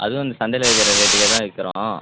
அதுவும் இந்த சந்தையில் விற்கிற ரேட்டுக்கே தான் விற்கிறோம்